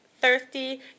Thirsty